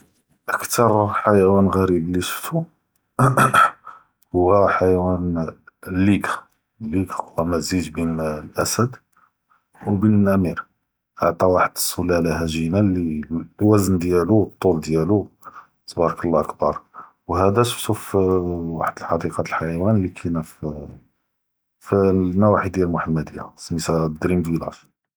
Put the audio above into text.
אקטאר ח’יואן גריב לי שפתו הוא ח’יואן לי ק’לג’, ק’לג’ הוא מיז’אג’ בין אלאסד ובין אלנמר, עטא וחד אלס’לאלה היג’ינה לי אלווזן דיאלו אלטול דיאלו תבר’כ אללה כ’באר, ו האד שפתו פאאא פ וחד אלח’דיקה דלח’יואן לי כאינה פאא פ אלאנואאח’ דיאל אלמחמדיה, ס’מיתה דרים פילאג’.